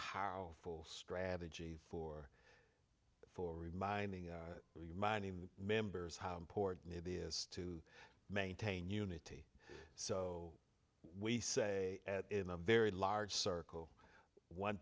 powerful strategy for for reminding reminding members how important it is to maintain unity so we say in a very large circle one